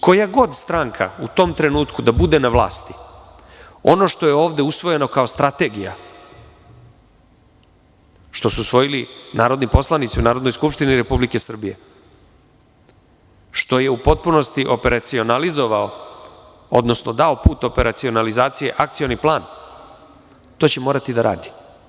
Koja god stranka u tom trenutku da bude na vlasti, ono pošto je ovde usvojeno kao strategija, što su usvojili narodni poslanici u Narodnoj skupštini Republike Srbije, što je u potpunosti operacionalizovao, odnosno dao put operacionalizacije akcioni plan, to će morati da radi.